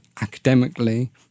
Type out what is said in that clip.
academically